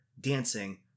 dancing